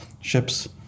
ships